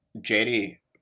Jerry